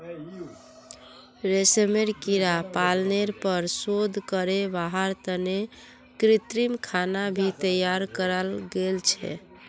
रेशमेर कीड़ा पालनेर पर शोध करे वहार तने कृत्रिम खाना भी तैयार कराल गेल छे